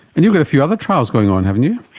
and you've got a few other trials going on, haven't you.